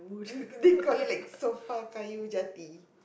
mm we call it like sofa kayu jati